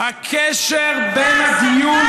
הקשר בין הדיון,